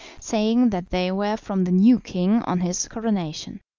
saying that they were from the new king on his coronation.